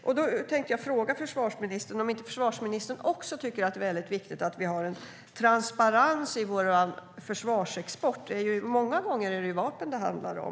Jag tänkte fråga försvarsministern om inte han också tycker att det är väldigt viktigt att vi har transparens i vår försvarsexport. Många gånger är det ju vapen det handlar om.